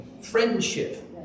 friendship